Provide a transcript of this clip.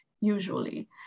usually